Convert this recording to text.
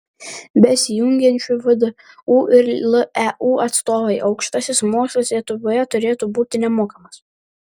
besijungiančių vdu ir leu atstovai aukštasis mokslas lietuvoje turėtų būti nemokamas